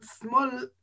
small